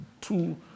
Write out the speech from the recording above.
two